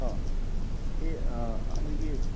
ꯁꯤ ꯑꯩꯈꯣꯏꯒꯤ